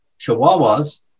chihuahuas